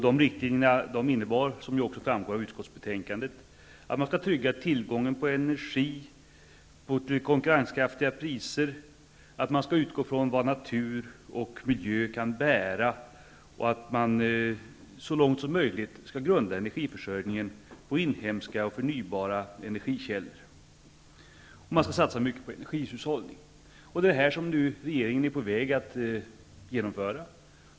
De riktlinjerna innebar, som också framgår av utskottsbetänkandet, att man skall trygga tillgången på energi till konkurrenskraftiga priser, att man skall utgå från vad natur och miljö kan bära och att man så långt som möjligt skall grunda energiförsörjningen på inhemska och förnybara energikällor. Man skall satsa mycket på energihushållning. Det är detta som regeringen nu är på väg att genomföra.